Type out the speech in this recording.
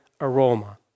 aroma